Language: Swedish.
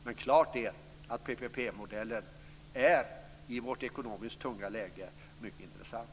Men klart är att PPP-modellen i vårt ekonomiskt tunga läge är mycket intressant.